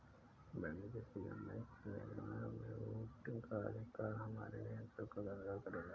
बड़ी विदेशी कंपनी का निर्णयों में वोटिंग का अधिकार हमारे नियंत्रण को कमजोर करेगा